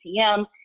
atm